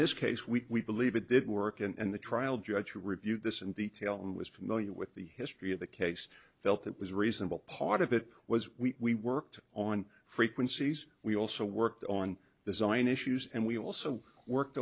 this case we believe it didn't work and the trial judge to review this in detail and was familiar with the history of the case felt it was reasonable part of it was we worked on frequencies we also worked on the zine issues and we also worked